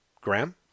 Graham